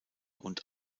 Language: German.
und